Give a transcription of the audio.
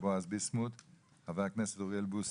בועז ביסמוט ואוריאל בוסו.